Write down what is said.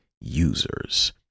users